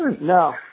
No